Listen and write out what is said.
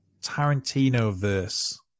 Tarantino-verse